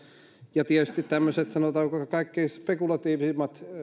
ja tietysti tämmöiset sanotaanko kaikkein spekulatiivisimmat